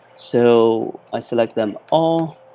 so i select them all,